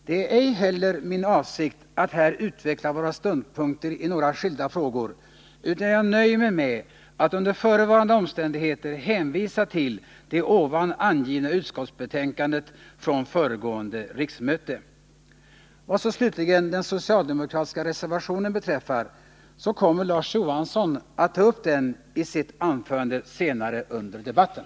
Det är inte heller min avsikt att här utveckla våra ståndpunkter i några skilda frågor, utan jag nöjer mig med att under förevarande omständigheter hänvisa till det förut angivna utskottsbetänkandet från föregående riksmöte. Vad så slutligen beträffar den socialdemokratiska reservationen kan jag nämna att Larz Johansson kommer att ta upp den i sitt anförande senare under debatten.